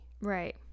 Right